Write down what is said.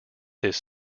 his